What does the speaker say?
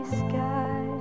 sky